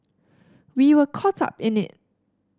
we were caught up in it